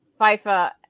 FIFA